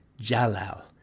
Jalal